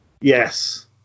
Yes